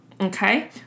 Okay